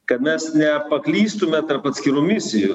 kad mes nepaklystume tarp atskirų misijų